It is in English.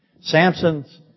Samson's